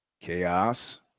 Chaos